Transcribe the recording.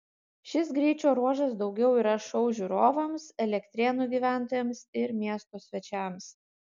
šis greičio ruožas daugiau yra šou žiūrovams elektrėnų gyventojams ir miesto svečiams